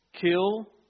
kill